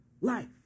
life